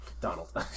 Donald